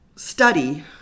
study